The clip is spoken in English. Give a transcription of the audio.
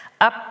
Up